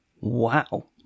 Wow